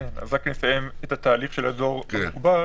אז רק לסיים את התהליך של אזור מוגבל.